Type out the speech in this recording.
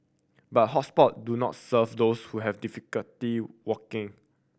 but hot spot do not serve those who have difficulty walking